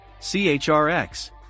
CHRX